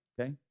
okay